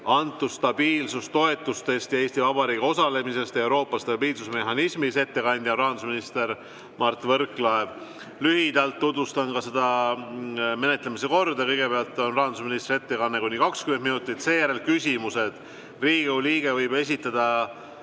antud stabiilsustoetustest ja Eesti Vabariigi osalemisest Euroopa stabiilsusmehhanismis. Ettekandja on rahandusminister Mart Võrklaev. Lühidalt tutvustan seda menetlemise korda. Kõigepealt on rahandusministri ettekanne kuni 20 minutit, seejärel küsimused. Riigikogu liige võib esitada